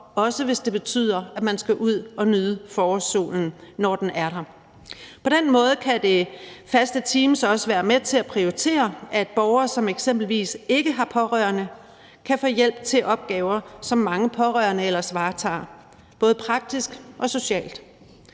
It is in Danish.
også hvis det betyder, at man skal ud at nyde forårssolen, når den er der. På den måde kan det faste team også være med til at prioritere, at borgere, som eksempelvis ikke har pårørende, kan få hjælp til opgaver, som mange pårørende ellers varetager, både praktisk og socialt.